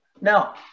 Now